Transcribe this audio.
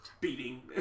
beating